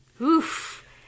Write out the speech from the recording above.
oof